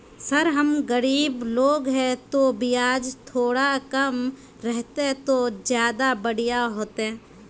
sir हम सब गरीब लोग है तो बियाज थोड़ा कम रहते तो ज्यदा बढ़िया होते